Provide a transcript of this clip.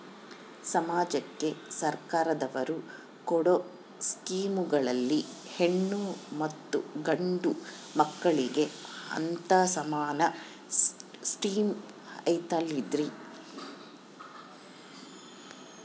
ಸಮಾಜಕ್ಕೆ ಸರ್ಕಾರದವರು ಕೊಡೊ ಸ್ಕೇಮುಗಳಲ್ಲಿ ಹೆಣ್ಣು ಮತ್ತಾ ಗಂಡು ಮಕ್ಕಳಿಗೆ ಅಂತಾ ಸಮಾನ ಸಿಸ್ಟಮ್ ಐತಲ್ರಿ?